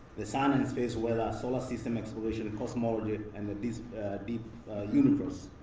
the sun and space weather solar system exploration, cosmology, and the deep deep universe.